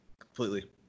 completely